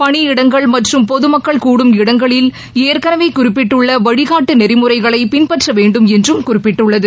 பணியிடங்கள் மற்றம் பொதுமக்கள் கூடும் இடங்களில் ஏற்கனவே குறிப்பிட்டுள்ள வழிகாட்டு நெறிமுறைகளை பின்பற்ற வேண்டும் என்றும் குறிப்பிட்டுள்ளது